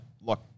look